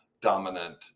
dominant